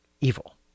evil